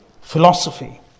philosophy